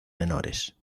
menores